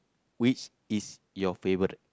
which is your favourite